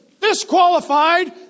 disqualified